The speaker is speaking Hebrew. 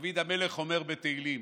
דוד המלך אומר בתהילים: